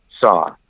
saw